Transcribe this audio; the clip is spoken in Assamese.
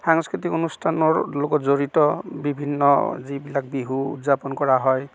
সাংস্কৃতিক অনুষ্ঠানৰ লগত জড়িত বিভিন্ন যিবিলাক বিহু উদযাপন কৰা হয়